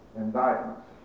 indictments